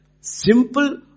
Simple